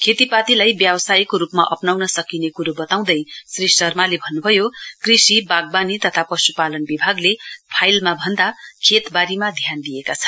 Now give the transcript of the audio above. खेतीपातीलाई व्यावसायको रुपमा अप्राउन सकिने कुरो बताउँदै श्री शर्माले भन्नुभयो कृषिवाग्वानी तथा पशुपालन विभागले फाइलमा भन्दा खेतवारीमा ध्यान दिएका छन्